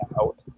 out